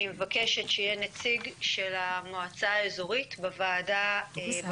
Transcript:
אני מבקשת שיהיה נציג של המועצה האזורית בוולקחש"פ.